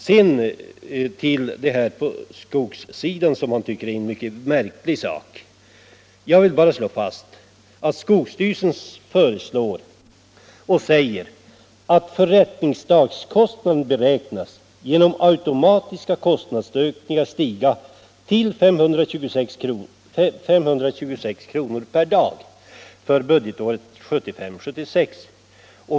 Vad resonemanget om skogssidan beträffar — herr Hedström fann det mycket märkligt — vill jag slå fast att skogsstyrelsen framhåller att förrättningsdagskostnaden genom automatiska kostnadsökningar beräknas stiga till 526 kr. per dag för budgetåret 1975/76.